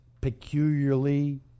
peculiarly